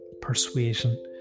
persuasion